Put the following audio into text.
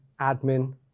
admin